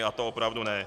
A to opravdu ne!